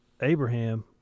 abraham